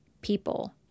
people